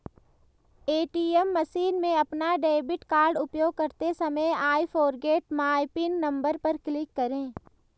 ATM machine में अपना debit card उपयोग करते समय I forget my PIN number पर क्लिक करें